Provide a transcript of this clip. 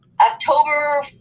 October